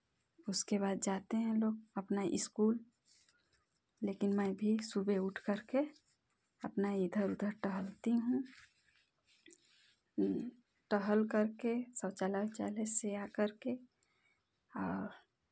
उसके बाद जाते हैं लोग अपना ईस्कूल लेकिन मैं भी सुबह उठकर के अपना इधर उधर टहलती हूँ टहलकर के शौचालय वौचालय से आकर के और